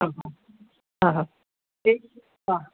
एत